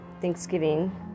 Thanksgiving